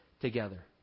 together